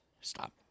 stop